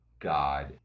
god